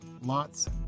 lots